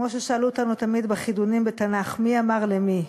כמו ששאלו אותנו תמיד בחידונים בתנ"ך מי אמר למי,